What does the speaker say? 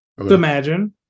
Imagine